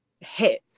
hit